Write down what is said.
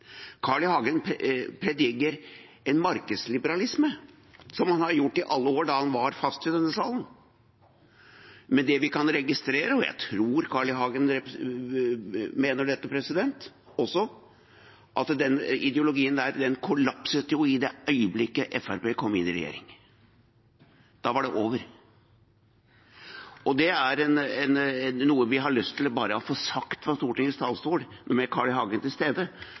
Carl I. Hagen prediker en markedsliberalisme, som han gjorde i alle de år han var fast i denne salen, men det vi kan registrere – og jeg tror Carl I. Hagen også mener dette – er at den ideologien kollapset i det øyeblikk Fremskrittspartiet kom inn i regjering. Da var det over. Dette er noe jeg bare har lyst til å få sagt fra Stortingets talerstol, med Carl I. Hagen til stede,